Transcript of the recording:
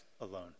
alone